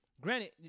Granted